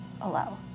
allow